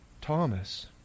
Thomas